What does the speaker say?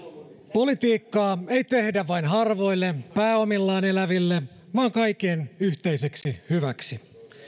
politiikkaa ei tehdä vain harvoille pääomillaan eläville vaan kaikkien yhteiseksi hyväksi